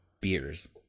beers